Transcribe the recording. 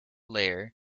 layer